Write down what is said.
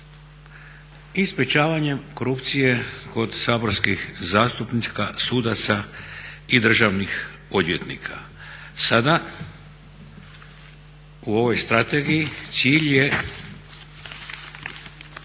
i sprječavanjem korupcije kod saborskih zastupnika, sudaca i državnih odvjetnika. Sada u ovoj strategiji cilj je